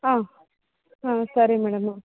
ಹಾಂ ಹಾಂ ಸರಿ ಮೇಡಮ್